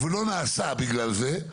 ולא נעשה בגלל זה,